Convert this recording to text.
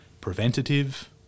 preventative